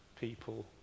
people